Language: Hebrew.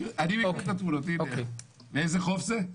הנה, באיזה חוף זה?